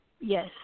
Yes